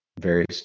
various